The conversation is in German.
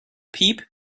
piep